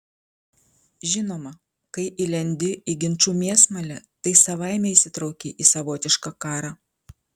žinoma kai įlendi į ginčų mėsmalę tai savaime įsitrauki į savotišką karą